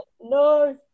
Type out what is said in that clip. No